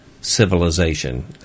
civilization